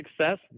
success